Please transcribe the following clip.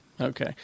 Okay